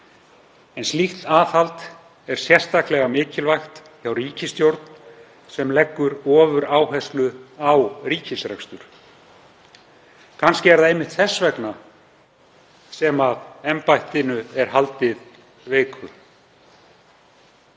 en slíkt aðhald er sérstaklega mikilvægt hjá ríkisstjórn sem leggur ofuráherslu á ríkisrekstur. Kannski er það einmitt þess vegna sem embættinu er haldið veiku.